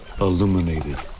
illuminated